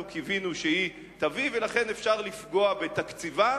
קיווינו שהיא תביא ולכן אפשר לפגוע בתקציבה,